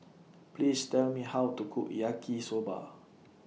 Please Tell Me How to Cook Yaki Soba